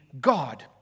God